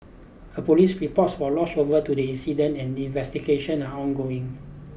a police report was lodged over to the incident and investigation are ongoing